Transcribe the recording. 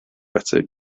better